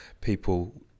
people